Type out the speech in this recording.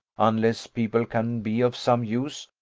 unless people can be of some use,